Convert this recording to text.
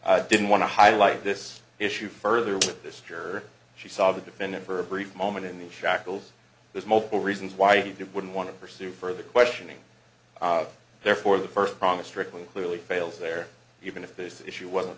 council didn't want to highlight this issue further with this juror she saw the defendant for a brief moment in the shackles there's multiple reasons why he didn't wouldn't want to pursue further questioning therefore the first promise strictly clearly fails there even if this issue wasn't